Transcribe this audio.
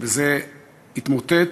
וזה התמוטט